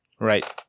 Right